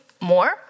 more